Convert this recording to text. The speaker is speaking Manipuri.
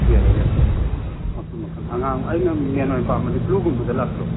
ꯌꯥꯏꯌꯦ ꯌꯥꯏꯌꯦ ꯃꯈꯜ ꯃꯈꯜ ꯑꯉꯥꯡ ꯑꯩꯅ ꯃꯦꯟ ꯑꯣꯏꯅ ꯄꯥꯝꯕꯗꯤ ꯕ꯭ꯂꯨꯒꯨꯝꯕꯗ ꯂꯥꯛꯇ꯭ꯔꯣ